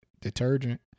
Detergent